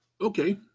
Okay